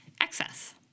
excess